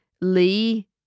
Lee